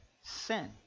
sin